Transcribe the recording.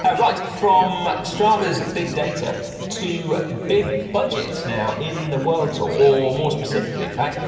yeah right, from strava's big data to big budgets now in the world tour. or more specifically, in fact,